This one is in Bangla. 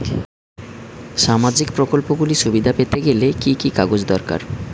সামাজীক প্রকল্পগুলি সুবিধা পেতে গেলে কি কি কাগজ দরকার?